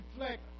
reflect